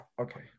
okay